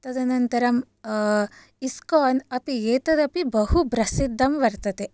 तदनन्तरं इस्कोन् अपि एतत् अपि बहु प्रसिद्धं वर्तते